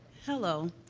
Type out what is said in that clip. hello,